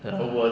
ya